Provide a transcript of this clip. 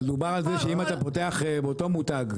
אבל דובר על זה שאם אתה פותח אותו מותג,